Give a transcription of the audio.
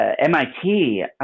mit